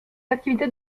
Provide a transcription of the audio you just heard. activités